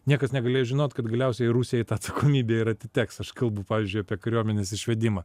niekas negalėjo žinot kad galiausiai rusijai ta atsakomybė ir atiteks aš kalbu pavyzdžiui apie kariuomenės išvedimą